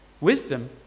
Wisdom